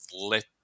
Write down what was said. let